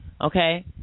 Okay